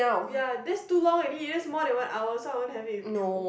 ya there's too long already there's more than one hour so I want to have it with you